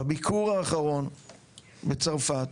בביקור האחרון בצרפת